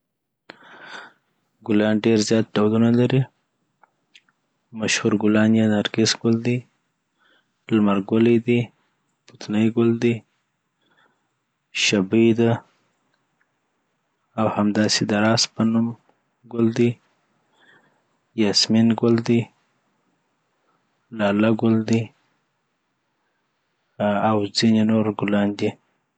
ګلان ډیرزیات ډولونه لري مشهور ګلان یی نرګس ګل دی، لمرګلي دی، پوتني ګل دی، شبې ده، او همداسي د راس په نوم ګل دي، یاسمین ګل دي، لاله ګل دي، او ځیني نور ګلان دی